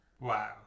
Wow